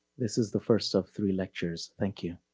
this is the first of three lectures, thank you.